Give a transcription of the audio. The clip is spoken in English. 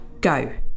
go